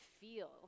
feel